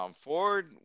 Ford